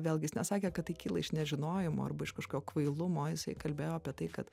vėlgi jis nesakė kad tai kyla iš nežinojimo arba iš kažkokio kvailumo jisai kalbėjo apie tai kad